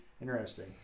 interesting